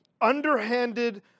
underhanded